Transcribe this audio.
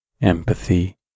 empathy